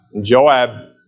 Joab